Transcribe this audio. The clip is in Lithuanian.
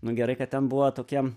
nu gerai kad ten buvo tokia